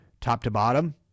top-to-bottom